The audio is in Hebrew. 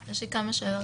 יש לי כמה שאלות,